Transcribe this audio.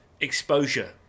exposure